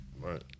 Right